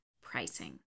pricing